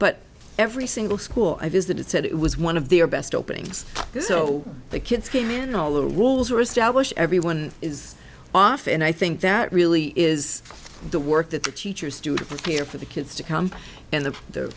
but every single school i visited said it was one of their best openings this is so the kids came in all the rules were established everyone is off and i think that really is the work that the teachers students care for the kids to come and the